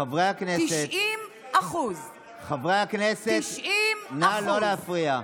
חברי הכנסת, חברי הכנסת, נא לא להפריע.